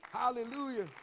Hallelujah